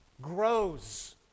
Grows